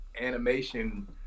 animation